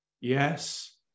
Yes